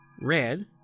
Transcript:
red